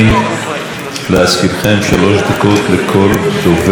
להזכירכם, שלוש דקות לכל דוברת ודובר.